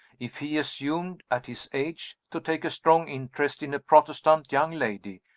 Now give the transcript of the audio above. if he assumed, at his age, to take a strong interest in a protestant young lady,